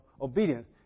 obedience